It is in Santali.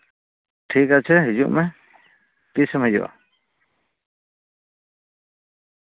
ᱴᱷᱤᱠ ᱟᱪᱷᱮ ᱦᱤᱡᱩᱜ ᱢᱮ ᱛᱤᱥᱮᱢ ᱦᱤᱡᱩᱜᱼᱟ